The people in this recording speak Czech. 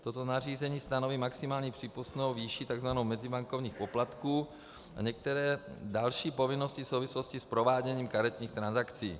Toto nařízení stanoví maximálně přípustnou výši takzvaných mezibankovních poplatků a některé další povinnosti v souvislosti s prováděním karetních transakcí.